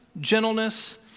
gentleness